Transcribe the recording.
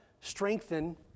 strengthen